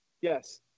Yes